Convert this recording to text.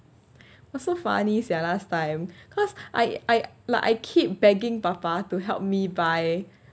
that's so funny sia last time cause I I like I keep begging 爸爸 to help me buy